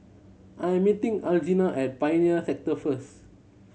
I am meeting Alzina at Pioneer Sector first